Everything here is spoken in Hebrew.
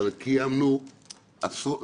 אלא קיימנו עשרות,